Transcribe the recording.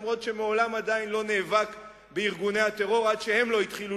אף שהוא מעולם לא נאבק בארגוני הטרור עד שהם לא התחילו